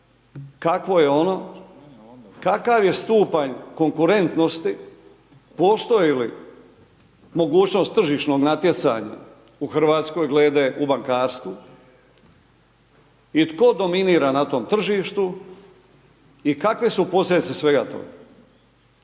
kakvo je ono, kakav je stupanj konkurentnosti, postoji li mogućnost tržišnog natjecanja glede u bankarstvu i tko dominira na tom tržištu i kakve su posljedice svega toga.